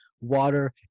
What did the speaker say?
water